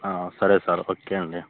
సరే sir okay అండి